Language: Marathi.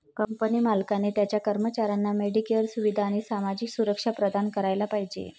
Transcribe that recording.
कंपनी मालकाने त्याच्या कर्मचाऱ्यांना मेडिकेअर सुविधा आणि सामाजिक सुरक्षा प्रदान करायला पाहिजे